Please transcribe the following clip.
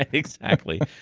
exactly.